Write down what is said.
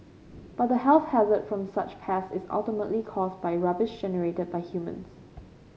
but the health hazard from such pests is ultimately caused by rubbish generated by humans